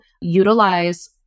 utilize